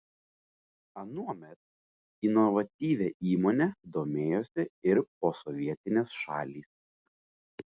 anuomet inovatyvia įmone domėjosi ir posovietinės šalys